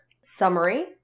summary